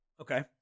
Okay